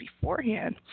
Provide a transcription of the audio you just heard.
beforehand